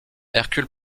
hercule